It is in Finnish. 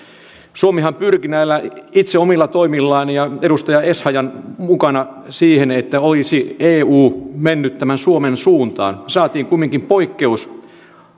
suomihan itse pyrki näillä omilla toimillaan ja edustaja essayahin mukana siihen että eu olisi mennyt suomen suuntaan saatiin kumminkin poikkeus